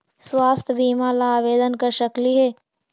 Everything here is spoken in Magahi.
स्वास्थ्य बीमा ला आवेदन कर सकली हे?